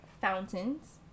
Fountains